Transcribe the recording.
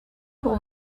pour